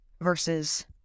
versus